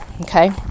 Okay